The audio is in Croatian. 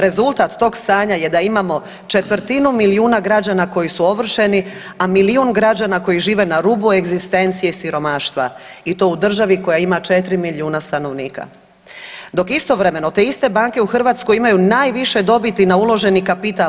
Rezultat tog stanja je da imamo 1/4 milijuna građana koji su ovršeni, a milijun građana koji žive na rubu egzistencije i siromaštva i to u državi koja ima 4 milijuna stanovnika dok istovremeno te iste banke u Hrvatskoj imaju najviše dobiti na uloženi kapital.